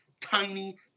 tiny